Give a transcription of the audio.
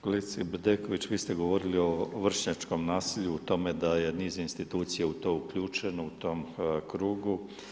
Kolegice Bedeković, vi ste govorili o vršnjačkom nasilju i o tome da je niz institucija u to uključen, u tom krugu.